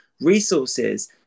resources